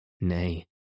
Nay